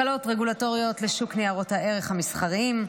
הקלות רגולטוריות לשוק ניירות הערך המסחריים,